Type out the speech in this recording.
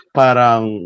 parang